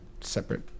separate